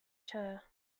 chair